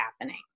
happening